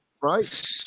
right